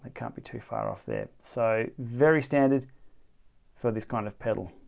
can't be too far off there so very standard for this kind of pedal